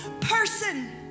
person